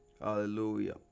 Hallelujah